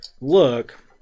look